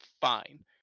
fine